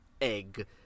egg